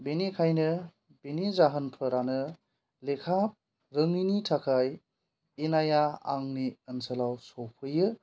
बिनिखायनो बिनि जाहोनफोरानो लेखा रोङैनि थाखाय इनाया आंनि ओनसोलाव सफैयो